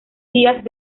días